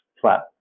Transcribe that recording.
flat